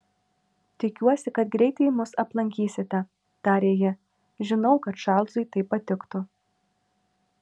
tikiuosi kad greitai mus aplankysite tarė ji žinau kad čarlzui tai patiktų